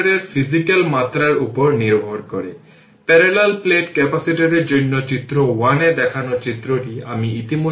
এই দুটি terminal open circuit হিসেবে কাজ করবে